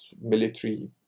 military